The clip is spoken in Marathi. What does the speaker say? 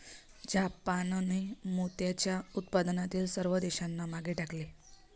जापानने मोत्याच्या उत्पादनातील सर्व देशांना मागे टाकले